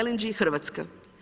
LNG Hrvatska.